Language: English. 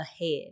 ahead